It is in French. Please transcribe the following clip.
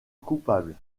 coupables